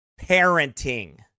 parenting